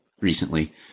recently